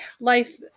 life